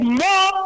more